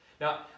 now